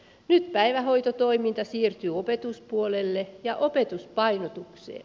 nyt päivähoitotoiminta siirtyy opetuspuolelle ja opetuspainotukseen